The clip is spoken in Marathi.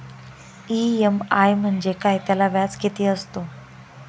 इ.एम.आय म्हणजे काय? त्याला व्याज किती असतो?